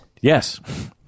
Yes